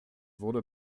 wurde